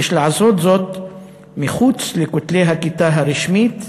יש לעשות זאת מחוץ לכותלי הכיתה הרשמית,